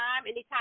Anytime